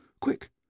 Quick